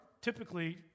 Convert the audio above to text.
typically